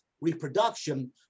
reproduction